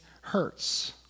hurts